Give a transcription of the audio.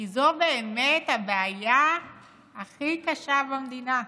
כי זו באמת הבעיה הכי קשה במדינה,